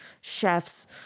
chefs